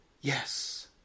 yes